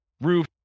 roof